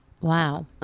Wow